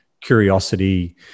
curiosity